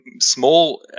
small